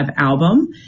album